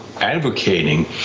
advocating